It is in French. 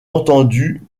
entendu